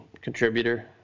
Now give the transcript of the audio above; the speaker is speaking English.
contributor